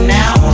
now